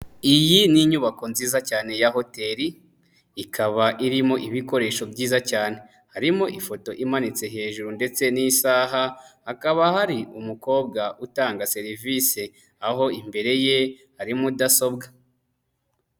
Iyi ni inyubako nziza cyane ya hoteri, ikaba irimo ibikoresho byiza cyane, harimo ifoto imanitse hejuru ndetse n'isaha, hakaba hari umukobwa utanga serivise, aho imbere ye hari mudasobwa.